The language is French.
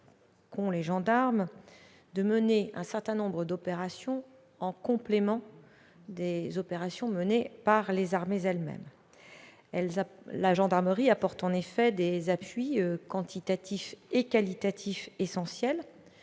remarquables capacités à mener un certain nombre d'opérations en complément de celles des armées elles-mêmes. La gendarmerie apporte en effet des appuis quantitatifs et qualitatifs essentiels,